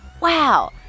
wow